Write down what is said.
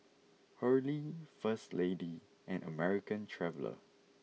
Hurley First Lady and American Traveller